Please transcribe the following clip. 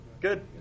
good